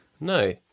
No